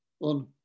on